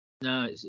No